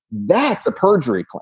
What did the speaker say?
that's a perjury.